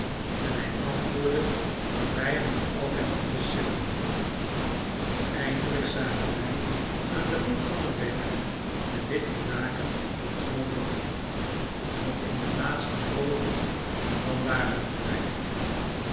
en hij antwoordde dat hij hem nog altijd voelde sidderen eindelijk zagen wij aan den voet van een berg de witte daken van een groot dorp nog eene laatste poging en dan waren wij er